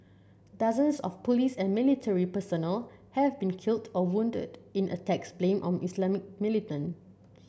dozens of police and military personnel have been killed or wounded in attacks blamed on Islamist militant